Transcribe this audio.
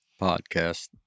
podcast